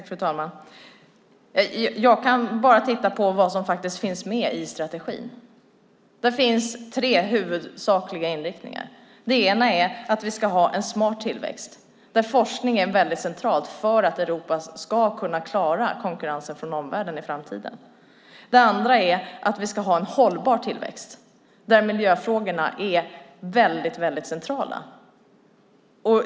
Fru talman! Jag kan bara titta på vad som finns med i strategin. Där finns tre huvudsakliga inriktningar. Det ena är att vi ska ha en smart tillväxt, där forskningen är väldigt central för att Europa ska kunna klara konkurrensen från omvärlden i framtiden. Det andra är att vi ska ha en hållbar tillväxt, där miljöfrågorna är väldigt centrala.